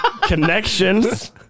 connections